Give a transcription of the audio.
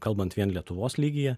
kalbant vien lietuvos lygyje